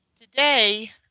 Today